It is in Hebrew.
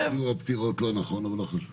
--- הפטירות לא נכון, אבל לא חשוב.